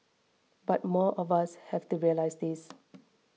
but more of us have to realise this